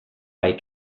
bai